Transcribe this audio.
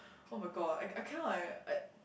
[oh]-my-god I I cannot eh I